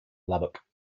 lubbock